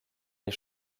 les